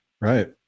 Right